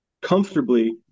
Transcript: comfortably